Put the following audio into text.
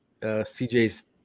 CJ's